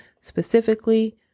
specifically